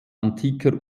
antiker